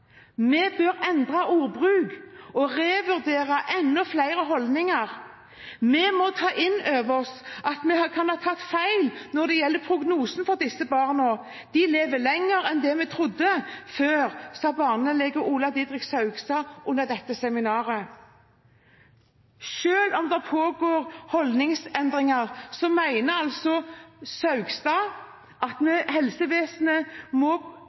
bør endre ordbruk, og revurdere enda flere holdninger. Vi må ta inn over oss at vi har tatt feil når det gjelder prognosen til disse barna, de lever lengre enn vi trodde før», sa barnelege Ole Didrik Saugstad under dette seminaret. Selv om det pågår holdningsendringer, mener altså Saugstad at helsevesenet ikke må